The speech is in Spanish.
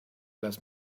las